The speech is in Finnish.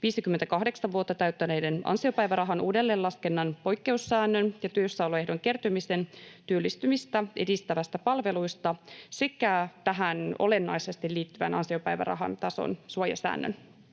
58 vuotta täyttäneiden ansiopäivärahan uudelleenlaskennan poikkeussäännön ja työssäoloehdon kertymisen työllistymistä edistävistä palveluista sekä tähän olennaisesti liittyvän ansiopäivärahan tason suojasäännön.